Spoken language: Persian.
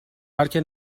بلکه